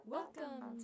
Welcome